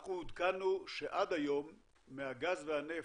בסקירה שקיבלנו כאן עודכנו שעד היום מהגז והנפט,